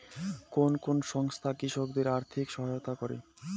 কোন কোন সংস্থা কৃষকদের আর্থিক সহায়তা করে?